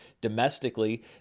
domestically